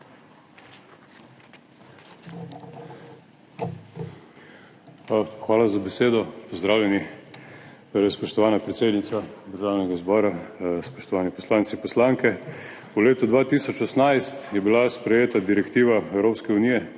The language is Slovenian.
Hvala za besedo. Pozdravljeni! Spoštovana predsednica Državnega zbora, spoštovani poslanci! V letu 2018 je bila sprejeta Direktiva Evropske unije